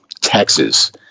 texas